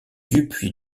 dupuy